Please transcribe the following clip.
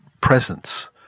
presence